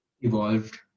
evolved